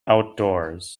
outdoors